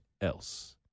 else